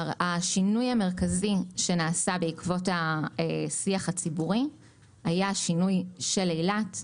השינוי המרכזי שנעשה בעקבות השיח הציבורי היה שינוי של אילת.